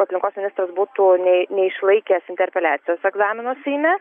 aplinkos ministras būtų nei neišlaikęs interpeliacijos egzamino seime